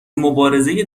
مبارزه